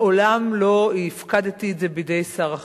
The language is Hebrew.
מעולם לא הפקדתי את זה בידי שר אחר.